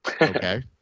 Okay